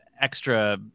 extra